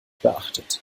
beachtet